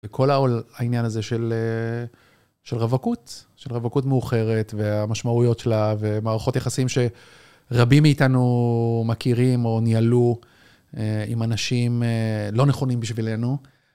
כל העול, העניין הזה של רווקות, של רווקות מאוחרת, והמשמעויות שלה ומערכות יחסים שרבים מאיתנו מכירים או ניהלו עם אנשים לא נכונים בשבילנו.